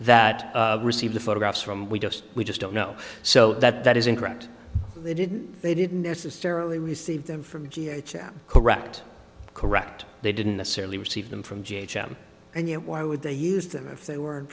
that receive the photographs from we just we just don't know so that that is incorrect they didn't they didn't necessarily receive them from g h out correct correct they didn't necessarily receive them from j h m and why would they use them if they were